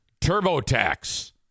TurboTax